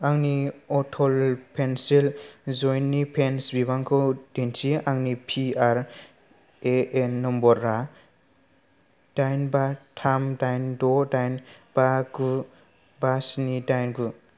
आंनि अटल पेन्सिल जयेन्तनि पेन्स बिबांखौ दिन्थि आंनि पिआरएएन नम्बर आ दाइन बा थाम दाइन द' दाइन बा गु बा स्नि दाइन गु